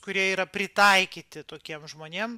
kurie yra pritaikyti tokiem žmonėm